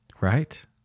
Right